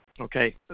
Okay